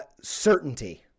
certainty